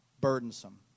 burdensome